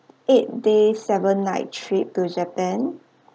eight day seven night trip to japan